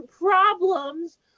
problems